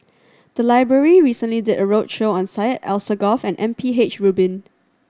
the library recently did a roadshow on Syed Alsagoff and M P H Rubin